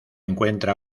encuentra